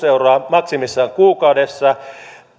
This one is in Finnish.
euroa maksimissaan kuukaudessa